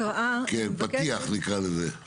פתיח, נקרא לזה.